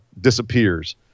disappears